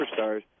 superstars